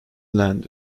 land